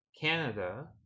Canada